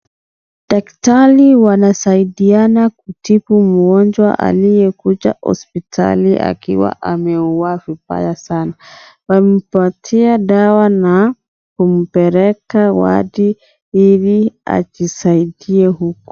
Daktari wanasaidiana kutibu mgonjwa aliyekuja hospitali akiwa ameugua vibaya sana. Wamempatia dawa na kumpeleka wadi ili ajisaidie huko.